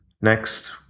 Next